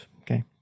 okay